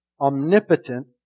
omnipotent